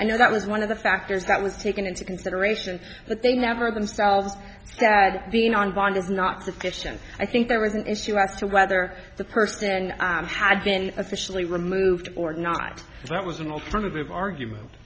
i know that was one of the factors that was taken into consideration but they've never been selves that being on bond is not sufficient i think there was an issue as to whether the person had been officially removed or not that was an alternate argument